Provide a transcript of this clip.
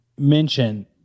mention